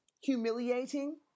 humiliating